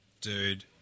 Dude